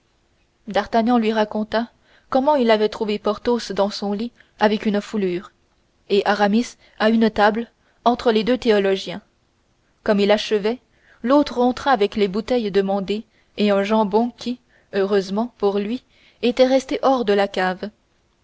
d'artagnan lui raconta comment il avait trouvé porthos dans son lit avec une foulure et aramis à une table entre les deux théologiens comme il achevait l'hôte rentra avec les bouteilles demandées et un jambon qui heureusement pour lui était resté hors de la cave